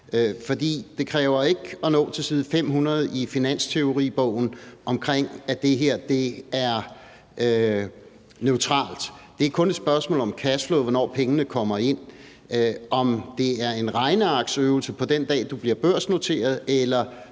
For det kræver ikke, at man når til side 500 i finansteoribogen, for at man kan se, at det her er neutralt. Det er kun et spørgsmål om cashflow, altså hvornår pengene kommer ind. Uanset om det er en regnearksøvelse på den dag, du bliver børsnoteret,